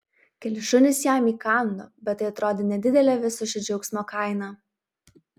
keli šunys jam įkando bet tai atrodė nedidelė viso šio džiaugsmo kaina